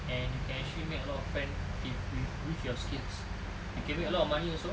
and you can actually make a lot of friend if we use your skills you can make a lot of money also